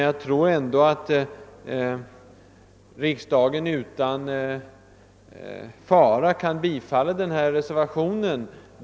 Jag tror ändå att riksdagen utan fara kan bifalla reservationen.